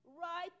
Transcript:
right